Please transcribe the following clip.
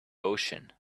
ocean